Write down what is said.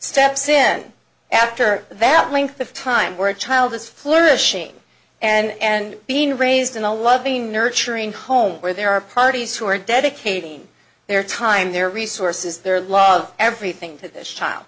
steps in after that length of time were a child is flourishing and being raised in a loving nurturing home where there are parties who are dedicating their time their resources their love everything to this child